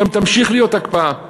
תמשיך להיות הקפאה בירושלים,